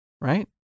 Right